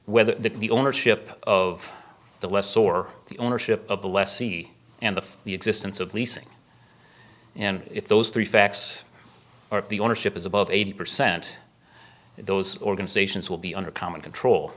whether the ownership of the less or the ownership of the lessee and of the existence of leasing and if those three facts or the ownership is above eighty percent those organizations will be under common control